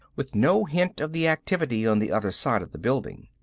with no hint of the activity on the other side of the building.